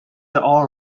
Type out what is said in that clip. all